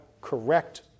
correct